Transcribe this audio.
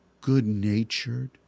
good-natured